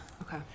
Okay